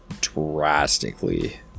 drastically